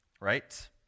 right